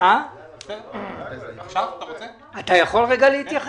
אתה יכול להתייחס?